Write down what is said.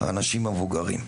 את האנשים המבוגרים.